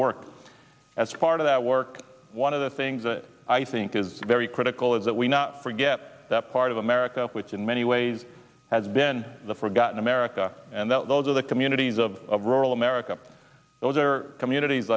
work as part of that work one of the things that i think is very critical is that we not forget that part of america which in many ways has been the forgotten america and that those are the communities of rural america those are communities